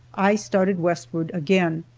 i started westward again,